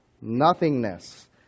nothingness